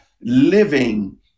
living